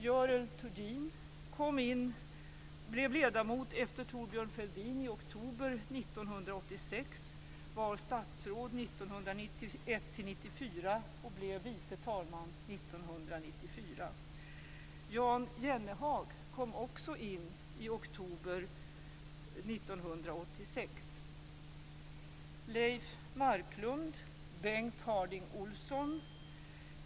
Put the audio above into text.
Görel Thurdin blev ledamot efter Thorbjörn Fälldin i oktober 1986, var statsråd 1991-1994 och blev vice talman 1994.